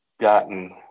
gotten